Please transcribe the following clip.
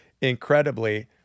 incredibly